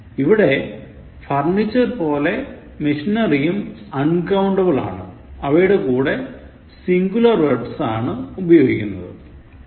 ഇവിടെ furniture പോലെ machineryയും അൺകൌണ്ടബിൾ ആണ് അവയുടെ കൂടെ സിന്ഗുലർ വെർബ്സ് ആണ് ഉപയോഗിക്കുന്നതും